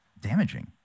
damaging